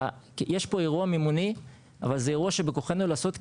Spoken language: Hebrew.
יש פה אירוע מימוני אבל זה אירוע שבכוחנו לעשות,